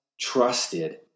trusted